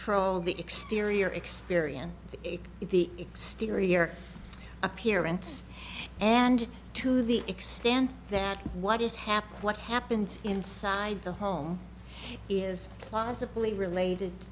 the exterior experience if the exterior appearance and to the extent that what is happening what happens inside the home is plausibly related